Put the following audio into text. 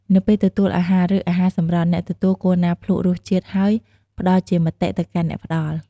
នៅពេលទទួលអាហារ ឬអាហារសម្រន់ អ្នកទទួលគួរណាភ្លួករសជាតិហើយផ្តល់ជាមតិទៅកាន់អ្នកផ្តល់។